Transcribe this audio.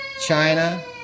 China